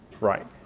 Right